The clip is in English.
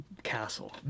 castle